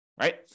right